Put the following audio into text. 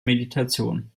meditation